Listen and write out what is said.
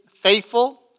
faithful